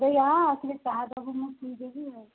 ଦେଇ ଆ ଆସିଲେ ଚା' ଦେବୁ ମୁଁ ପିଇଦେବି ଆଉ